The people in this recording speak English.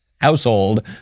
household